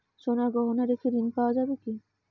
সোনার গহনা রেখে ঋণ পাওয়া যাবে কি?